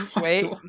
wait